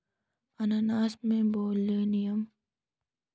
अनानास में ब्रोमेलैन होता है, पाचन एंजाइमों का एक समूह पाचन में सहायता करता है